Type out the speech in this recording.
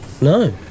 No